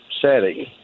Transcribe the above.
setting